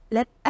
Let